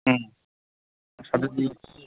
ꯎꯝ ꯑꯗꯨꯗꯤ